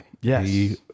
Yes